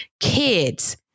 kids